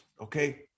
okay